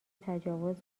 تجاوز